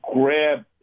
grab